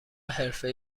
حرفه